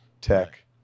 tech